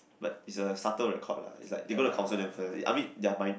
but it's a starter of record